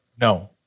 no